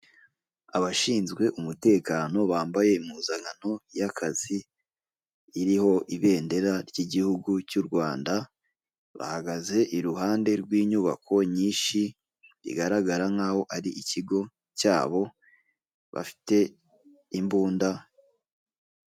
Abashinzwe umutekano bambaye impuzankano y'akazi iriho ibendera ry'igihugu cy'u Rwanda bahagaze iruhande rw'inyubako nyinshi igaragara nk'aho ari ikigo cyabo bafite imbunda.